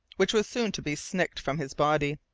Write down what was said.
which was soon to be snicked from his body,